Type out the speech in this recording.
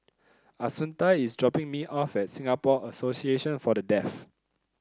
Assunta is dropping me off at Singapore Association For The Deaf